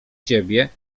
ciebie